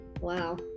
Wow